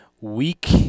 week